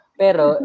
pero